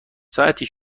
ساعتی